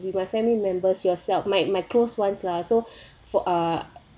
my family members my my close ones lah so for uh